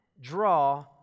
draw